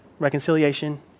Reconciliation